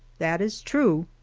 that is true,